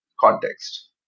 context